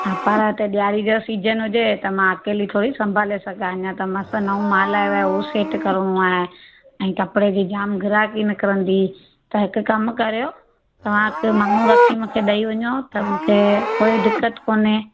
हा पर त ॾिआरी जो सीजन हुजे त मां अकेली थोरी संभाले सघां अञा त मसि नओ माल आयो आहे उहो सेट करिणो आहे ऐं कपिड़े जी जाम ग्राहकी निकरंदी त हिकु कमु कयो तव्हां हिकु माण्हू रखी मूंखे ॾेई वञो त मूंखे कोई दिक़त कोन्हे